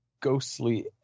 ghostly